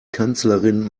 kanzlerin